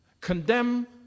condemn